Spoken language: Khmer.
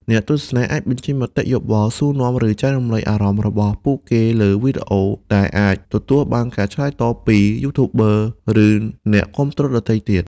អ្នកទស្សនាអាចបញ្ចេញមតិយោបល់ សួរនាំ ឬចែករំលែកអារម្មណ៍របស់ពួកគេលើវីដេអូ ដែលអាចទទួលបានការឆ្លើយតបពី YouTuber ឬអ្នកគាំទ្រដទៃទៀត។